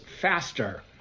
faster